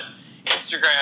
instagram